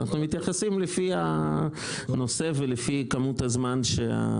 אנחנו מתייחסים לפי הנושא ולפי כמות הזמן.